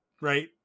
Right